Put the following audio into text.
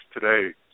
today